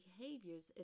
behaviors